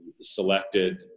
selected